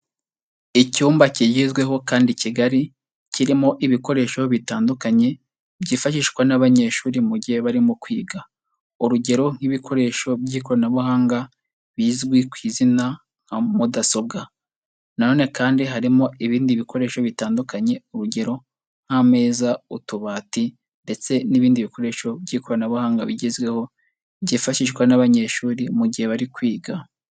Icyumba kigezweho kandi kigari, kirimo ibikoresho bitandukanye byifashishwa n'abanyeshuri mu gihe barimo kwiga, urugero nk'ibikoresho by'ikoranabuhanga bizwi ku izina nka Mudasobwa, na none kandi harimo ibindi bikoresho bitandukanye, urugero nk'ameza, utubati ndetse n'ibindi bikoresho by'ikoranabuhanga bigezweho byifashishwa n'abanyeshuri mu gihe bari kwiga.